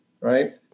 right